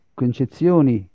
concezioni